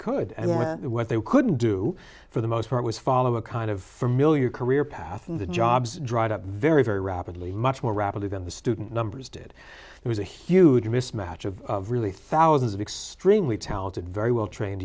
then what they couldn't do for the most part was follow a kind of familiar career path and the jobs dried up very very rapidly much more rapidly than the student numbers did it was a huge mismatch of really thousands of extremely talented very well trained